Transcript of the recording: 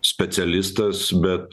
specialistas bet